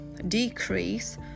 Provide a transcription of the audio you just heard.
decrease